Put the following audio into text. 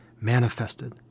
manifested